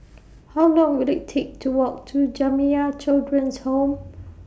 How Long Will IT Take to Walk to Jamiyah Children's Home